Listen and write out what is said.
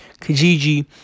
Kijiji